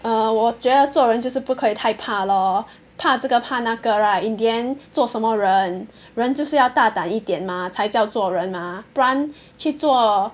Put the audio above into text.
err 我觉得做人就是不可以太怕 lor 怕这个怕那个 right in the end 做什么人人就是要大胆一点嘛才叫做做人 mah 不然去做